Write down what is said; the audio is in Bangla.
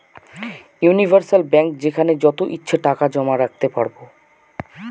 ইউনিভার্সাল ব্যাঙ্ক যেখানে যত ইচ্ছে টাকা জমা রাখতে পারবো